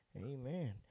Amen